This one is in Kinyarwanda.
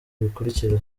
bikurikira